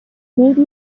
maybe